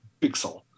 pixel